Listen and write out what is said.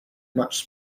much